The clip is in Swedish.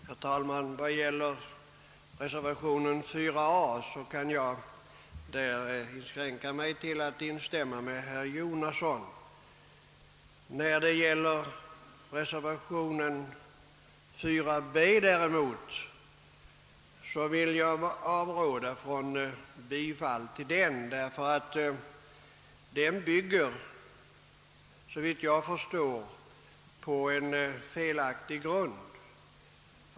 Herr talman! Vad gäller reservation 4a kan jag inskränka mig till att instämma med herr Jonasson. När det däremot gäller reservation 4b vill jag avråda från bifall, eftersom denna, såvitt jag förstår, bygger på felaktig grund.